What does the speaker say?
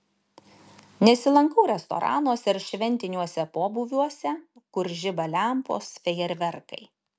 nesilankau restoranuose ar šventiniuose pobūviuose kur žiba lempos fejerverkai